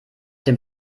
dem